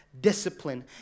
discipline